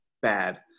Bad